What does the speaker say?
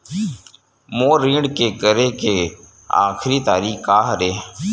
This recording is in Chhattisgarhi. मोर ऋण के करे के आखिरी तारीक का हरे?